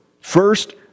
First